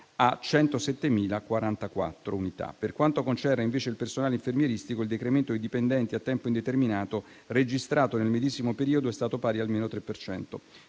a 107.044 unità. Per quanto concerne invece il personale infermieristico, il decremento di dipendenti a tempo indeterminato registrato nel medesimo periodo è stato pari a meno 3